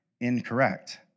incorrect